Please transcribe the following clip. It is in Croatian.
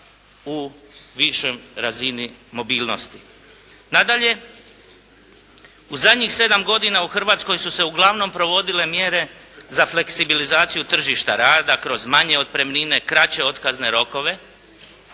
u višoj razini mobilnosti. Nadalje, u zadnjih sedam godina u Hrvatskoj su se uglavnom provodile mjere za fleksibilizaciju tržišta rada kroz manje otpremnine, kraće otkazne rokove.